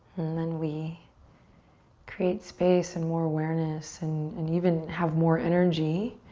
and then we create space and more awareness and and even have more energy